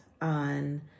on